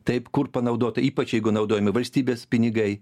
taip kur panaudota ypač jeigu naudojami valstybės pinigai